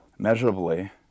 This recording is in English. Measurably